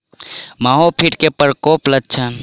माहो कीट केँ प्रकोपक लक्षण?